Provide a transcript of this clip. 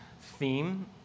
theme